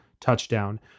touchdown